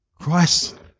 Christ